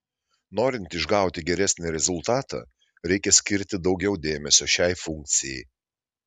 norint išgauti geresnį rezultatą reikia skirti daugiau dėmesio šiai funkcijai